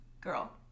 Girl